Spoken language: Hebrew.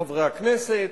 חברי הכנסת,